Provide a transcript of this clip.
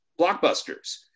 blockbusters